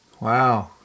wow